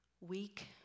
weak